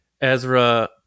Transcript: Ezra